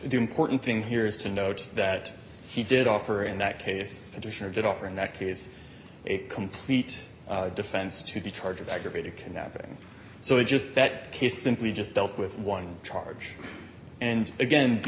do important thing here is to note that he did offer in that case petitioner did offer in that case a complete defense to the charge of aggravated kidnapping so it just that he simply just dealt with one charge and again